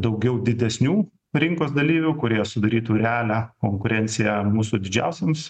daugiau didesnių rinkos dalyvių kurie sudarytų realią konkurenciją mūsų didžiausiems